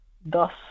Thus